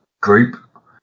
group